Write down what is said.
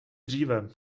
dříve